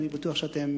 אני בטוח שאתם